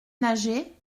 nager